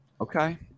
Okay